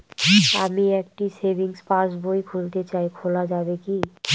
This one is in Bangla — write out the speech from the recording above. আমি একটি সেভিংস পাসবই খুলতে চাই খোলা যাবে কি?